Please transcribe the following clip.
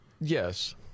Yes